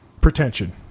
pretension